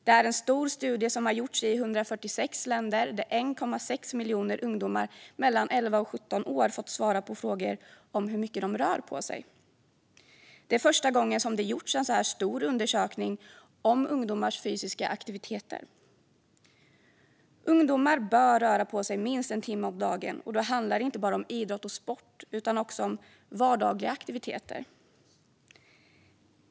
Det är en stor studie som har gjorts i 146 länder och där 1,6 miljoner ungdomar mellan 11 och 17 år har fått svara på frågor om hur mycket de rör på sig. Det är första gången som det har gjorts en så stor undersökning om ungdomarnas fysiska aktivitet. Ungdomar bör röra på sig minst en timme om dagen, och då handlar det inte bara om idrott och sport utan också om vardagliga aktiviteter.